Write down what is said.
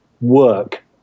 work